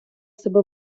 себе